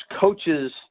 coaches –